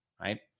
right